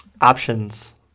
Options